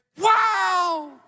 Wow